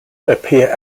appear